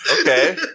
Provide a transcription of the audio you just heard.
okay